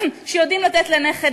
שיודעים לתת לנכד,